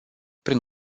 prin